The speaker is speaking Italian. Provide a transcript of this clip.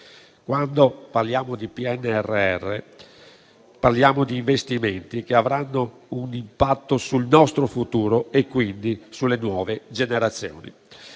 Quando parliamo di PNRR, parliamo di investimenti che avranno un impatto sul nostro futuro e quindi sulle nuove generazioni.